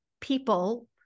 people